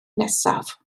nesaf